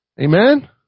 Amen